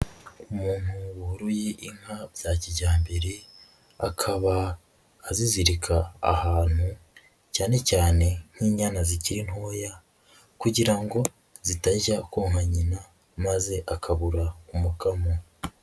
Umuntu woroye inka bya kijyambere, akaba azizirika ahantu, cyane cyane nk'inyana zikiri ntoya kugira ngo zitajya konka nyina maze akabura umukamo.